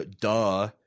duh